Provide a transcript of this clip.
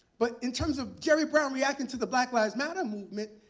but in terms of jerry brown reacting to the black lives matter movement,